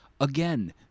Again